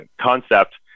concept